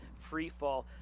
freefall